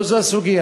לא זו הסוגיה.